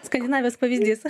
skandinavijos pavyzdys